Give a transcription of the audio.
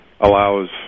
allows